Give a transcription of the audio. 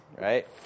right